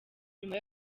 nyuma